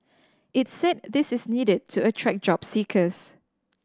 it said this is needed to attract job seekers